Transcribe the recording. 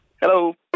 Hello